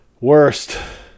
Worst